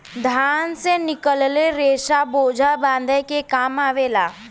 धान से निकलल रेसा बोझा बांधे के काम आवला